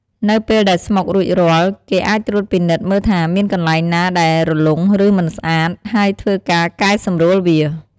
នៅពេលដែលស្មុគរួចរាល់ គេអាចត្រួតពិនិត្យមើលថាមានកន្លែងណាដែលរលុង ឬមិនស្អាត ហើយធ្វើការកែសម្រួលវា។